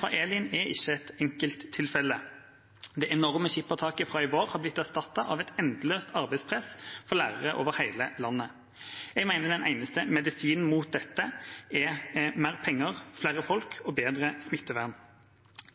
fra Elin er ikke et enkelttilfelle. Det enorme skippertaket fra i vår har blitt erstattet av et endeløst arbeidspress for lærere over hele landet. Jeg mener den eneste medisinen mot dette er mer penger, flere folk og bedre smittevern.